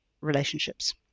relationships